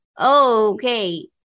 Okay